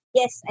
yes